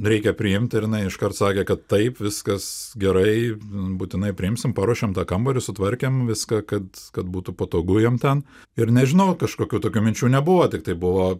reikia priimt ir inai iškart sakė kad taip viskas gerai būtinai priimsim paruošėm tą kambarį sutvarkėm viską kad kad būtų patogu jiem ten ir nežinau kažkokių tokių minčių nebuvo tiktai buvo